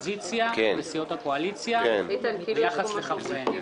האופוזיציה וסיעות הקואליציה ביחס לחבריהן.